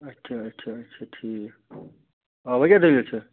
اَچھا اَچھا اَچھا ٹھیٖک وۅنۍ کیٛاہ دٔلیٖل چھےٚ